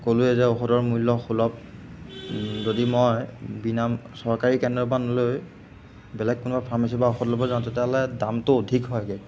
ক'লোৱে যে ঔষধৰ মূল্য সুলভ যদি মই বিনা চৰকাৰী কেন্দ্ৰৰপৰা নলৈ বেলেগ কোনোবা ফাৰ্মাচীৰপৰা ঔষধ ল'ব যাওঁ তেতিয়াহ'লে দামটো অধিক হয়গৈ